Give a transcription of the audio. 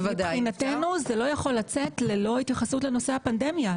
מבחינתנו זה לא יכול לצאת ללא התייחסות לנושא הפנדמיה.